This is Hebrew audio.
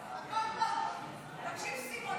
קלנר, בעד יצחק קרויזר,